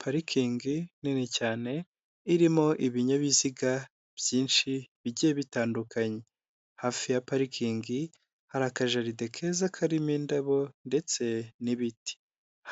Parikingi nini cyane, irimo ibinyabiziga byinshi bigiye bitandukanye, hafi ya parikingi hari akajaride keza karimo indabo ndetse n'ibiti,